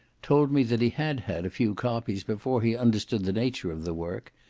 told me that he had had a few copies before he understood the nature of the work,